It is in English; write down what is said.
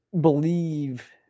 believe